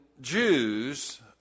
Jews